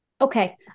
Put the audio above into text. Okay